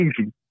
easy